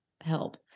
help